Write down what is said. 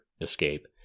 escape